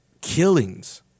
killings